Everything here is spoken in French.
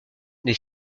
des